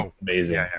amazing